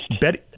Betty